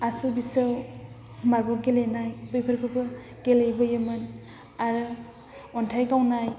आसु बिसौ मारबल गेलेनाय बेफोरखौबो गेलेबोयोमोन आरो अन्थाइ गावनाय